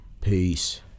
Peace